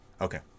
Okay